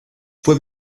fue